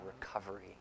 recovery